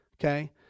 okay